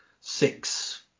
six